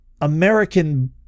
American